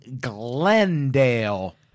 Glendale